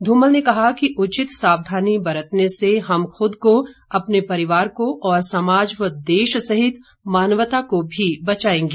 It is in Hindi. धूमल ने कहा कि उचित सावधानी बरतने से हम खुद को अपने परिवार को और समाज व देश सहित मानवता को भी बचाएंगे